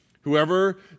Whoever